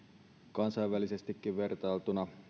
kansainvälisestikin vertailtuna